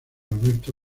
alberto